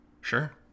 Sure